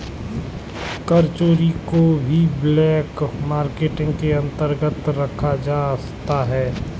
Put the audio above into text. कर चोरी को भी ब्लैक मार्केटिंग के अंतर्गत रखा जाता है